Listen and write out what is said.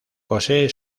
posee